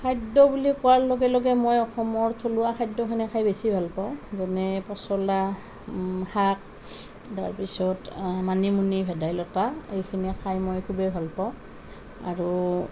খাদ্য বুলি কোৱাৰ লগে লগে মই অসমৰ থলুৱা খাদ্যখিনি খাই বেছি ভাল পাওঁ যেনে পচলা শাক তাৰপিছত মানিনুনি ভেদাইলতা এইখিনি খাই মই খুবেই ভাল পাওঁ আৰু